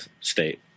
State